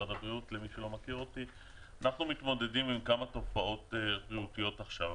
אנחנו מתמודדים עם כמה תופעות בריאותיות עכשיו.